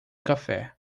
café